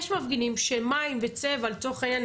יש מפגינים שמים וצבע לצורך הענין,